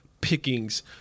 pickings